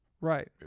Right